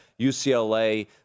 UCLA